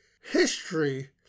history